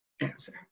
answer